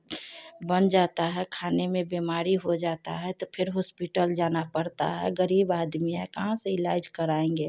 बन जाता है खाने में बीमारी हो जाता है तो फिर हॉस्पिटल जाना पड़ता है गरीब आदमी हैं कहाँ से ईलाज कराएँगे